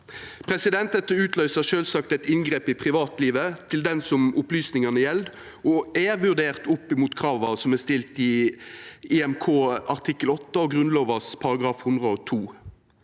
Dette utløyser sjølvsagt eit inngrep i privatlivet til den som opplysningane gjeld, og er vurdert opp mot krava som er stilte i EMK artikkel 8 og Grunnlova § 102.